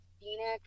Phoenix